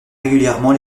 régulièrement